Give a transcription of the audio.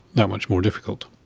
that much more difficult.